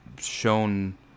shown